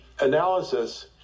analysis